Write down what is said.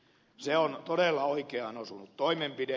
se on todella oikeaan osunut toimenpide